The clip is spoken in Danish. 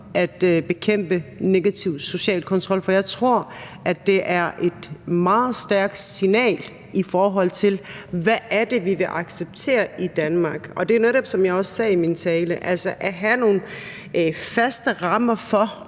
at bekæmpe negativ social kontrol. For jeg tror, det er et meget stærkt signal, i forhold til hvad det er, vi vil acceptere i Danmark. Og det er netop, som jeg også sagde i min tale, at have nogle faste rammer for,